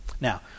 Now